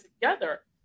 together